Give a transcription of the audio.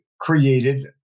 created